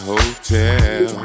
Hotel